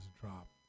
dropped